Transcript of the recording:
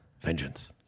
Vengeance